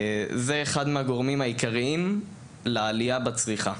זהו אחד מהגורמים העיקריים לעלייה בצריכה.